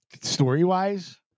story-wise